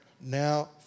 Now